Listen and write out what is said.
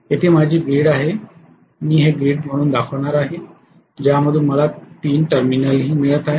येथे माझी ग्रीड आहे मी हे ग्रीड म्हणून दाखवणार आहे ज्यामधून मला 3 टर्मिनलही मिळत आहेत